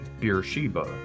Beersheba